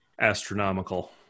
astronomical